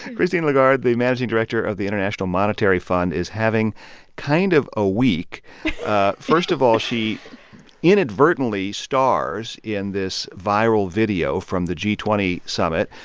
christine lagarde, the managing director of the international monetary fund, is having kind of a week first of all, she inadvertently stars in this viral video from the g twenty summit,